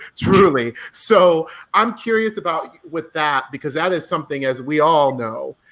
truly. so i'm curious about with that, because that is something, as we all know,